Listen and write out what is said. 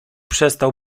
przestał